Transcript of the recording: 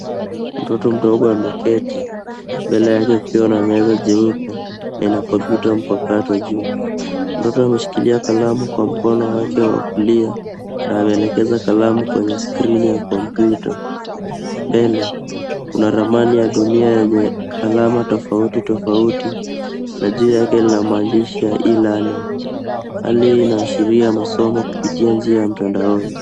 Mtoto mdogo ameketi mbele yake kukiwa na meza jeupe na ina kompyuta mpakato juu. Mtoto ameshikilia kalamu kwa mkono wake wa kulia na anaelekeza kalamu kwenye skrini ya kompyuta mbele kuna ramani ya dunia yenye alama tofauti tofauti na juu yake kuna maandishi ya e-learning . Hali hii inaashiria masomo kupitia njia ya mtandao.